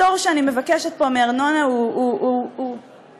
הפטור שאני מבקשת פה מארנונה הוא קטן,